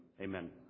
Amen